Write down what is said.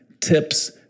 tips